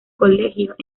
colegios